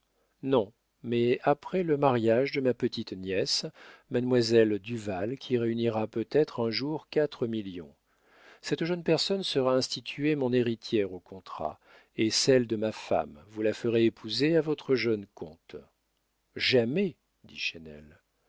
non mais après le mariage de ma petite-nièce mademoiselle duval qui réunira peut-être un jour quatre millions cette jeune personne sera instituée mon héritière au contrat et celle de ma femme vous la ferez épouser à votre jeune comte jamais